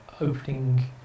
opening